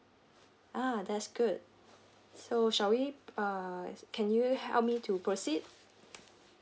ah that's good so shall we uh can you help me to proceed